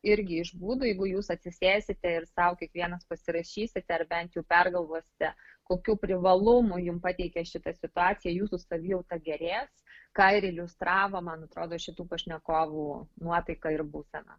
irgi iš būdų jeigu jūs atsisėsite ir sau kiekvienas pasirašysite ar bent jau pergalvosite kokių privalumų jum pateikia šita situacija jūsų savijauta gerės ką ir iliustravo man atrodo šitų pašnekovų nuotaika ir būsena